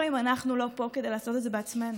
אם אנחנו לא פה כדי לעשות את זה בעצמנו.